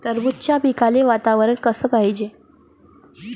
टरबूजाच्या पिकाले वातावरन कस पायजे?